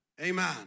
Amen